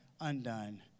undone